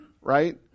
right